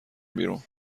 بیرون